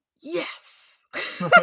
yes